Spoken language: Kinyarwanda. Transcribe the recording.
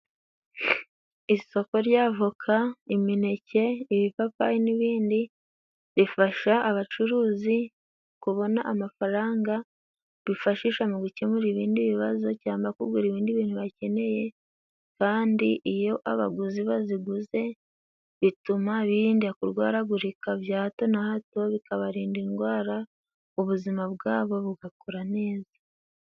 Isoko ry' avoka, imineke, ibipapayi n'ibindi... rifasha abacuruzi kubona amafaranga bifashisha mu gukemura ibindi bibazo cyangwa kugura ibindi bintu bakeneye kandi iyo abaguzi baziguze bituma birinda kurwaragurika bya hato na hato bikabarinda indwara ubuzima bwabo bugakura neza.